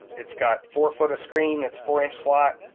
it's got four foot of screen, it's four inch slot,